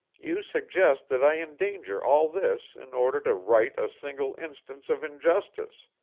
you suggest that i endanger all this in order to right a single instance of injustice.